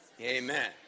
Amen